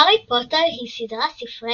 הארי פוטר היא סדרת ספרי